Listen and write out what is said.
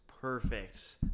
perfect